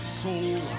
soul